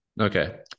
Okay